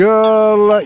Girl